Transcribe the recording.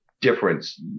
difference